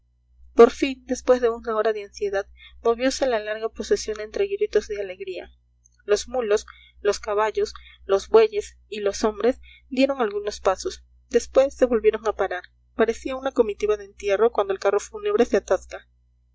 por fin después de una hora de ansiedad moviose la larga procesión entre gritos de alegría los mulos los caballos los bueyes y los hombres dieron algunos pasos después se volvieron a parar parecía una comitiva de entierro cuando el carro fúnebre se atasca